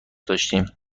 داشتیم